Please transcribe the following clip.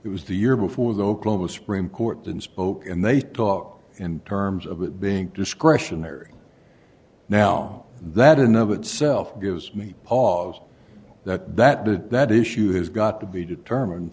it was the year before the oklahoma scream court and spoke and they talk in terms of it being discretionary now that in of itself gives me pause that that did that issue has got to be determined